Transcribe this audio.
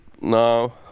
no